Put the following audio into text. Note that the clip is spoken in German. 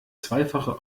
zweifache